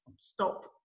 stop